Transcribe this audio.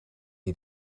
het